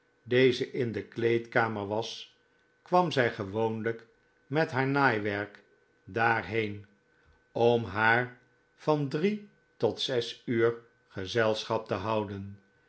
deze in de kleedkamer was kwam zij gewoonlijk met haar naaiwerk daarheen om haar van drie tot zes uur gezelschap te houden